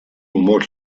humor